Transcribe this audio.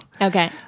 Okay